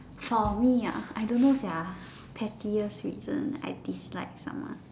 for me ah I don't know sia pettiest reason I dislike someone